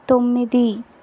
తొమ్మిది